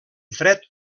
fred